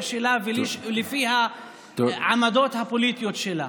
שלה ולפי העמדות הפוליטיות שלה.